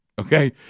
Okay